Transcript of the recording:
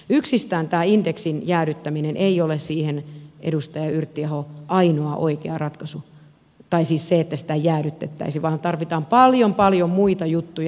yksistään tämä indeksin jäädyttäminen ei ole siihen edustaja yrttiaho ainoa oikea ratkaisu tai siis se ettei sitä jäädytettäisi vaan tarvitaan paljon paljon muita juttuja